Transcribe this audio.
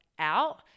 out